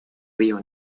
río